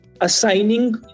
assigning